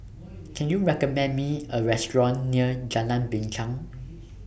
Can YOU recommend Me A Restaurant near Jalan Binchang